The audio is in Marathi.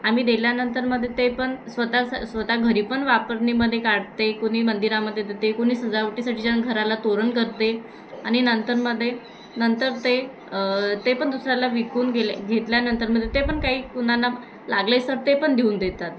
आम्ही दिल्यानंतरमध्ये ते पण स्वत स स्वत घरी पण वापरणीमध्ये काढते कुणी मंदिरामध्ये देते कोणी सजावटीसाठी जण घराला तोरण करते आणि नंतरमध्ये नंतर ते ते पण दुसऱ्याला विकून गेले घेतल्यानंतरमध्ये ते पण काही कुणाला लागलेच तर ते पण देऊन देतात